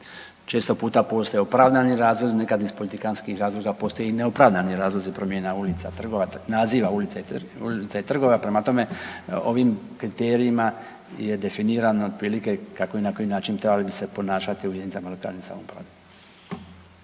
često puta postoje opravdani razlozi, nekad iz politikantskih razloga postoji i neopravdani razlozi promjena ulica, trgova, naziva ulica i trgova, prema tome, ovim kriterijima je definirano otprilike kako i na koji način trebali bi se ponašati u jedinicama lokalne samouprave.